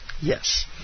Yes